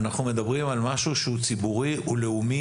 אנחנו מדברים על משהו ציבורי ולאומי,